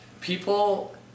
people